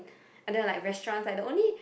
and then like restaurants like the only